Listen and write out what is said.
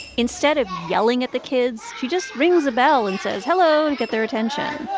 instead of yelling at the kids, she just rings a bell and says hello to get their attention